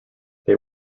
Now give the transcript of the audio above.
they